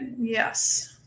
Yes